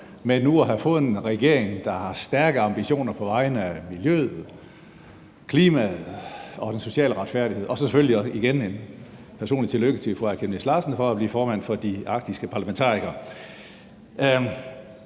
med nu at have fået en regering, der har stærke ambitioner på vegne af miljøet, klimaet og den sociale retfærdighed. Og så selvfølgelig igen et personligt tillykke til fru Aaja Chemnitz Larsen med at blive formand for Arktiske Parlamentarikere.